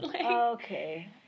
Okay